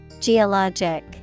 Geologic